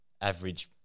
average